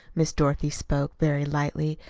miss dorothy spoke very lightly,